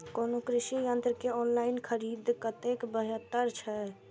कोनो कृषि यंत्र के ऑनलाइन खरीद कतेक बेहतर छै?